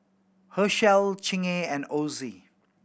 Herschel Chingay and Ozi